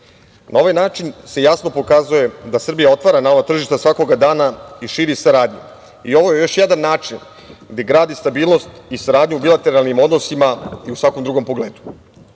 ovaj način se jasno pokazuje da Srbija otvara nova tržišta svakoga dana i širi saradnju. Ovo je još jedan način da gradi i saradnju u bilateralnim odnosima i u svakom drugom pogledu.